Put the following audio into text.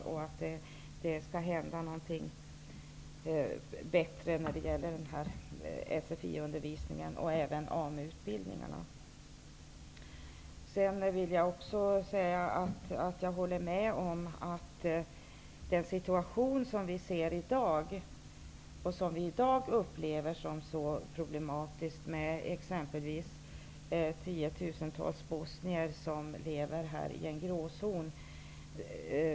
Något bättre måste hända när det gäller såväl SFI-undervisningen som AMU Jag håller med om att dagens situation är problematisk. Tiotusentals bosnier lever exempelvis här i en gråzon.